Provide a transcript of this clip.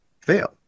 fail